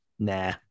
Nah